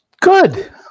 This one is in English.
good